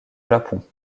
japon